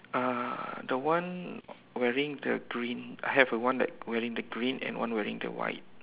uh the one wearing the green have a one that wearing the green and one wearing the white